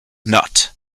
nut